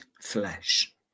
flesh